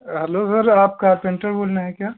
hello sir आप carpenter बोल रहे हैं क्या